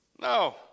No